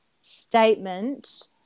statement